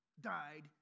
died